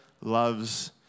loves